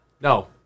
No